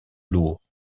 lourds